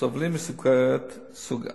סובלים מסוכרת סוג 1,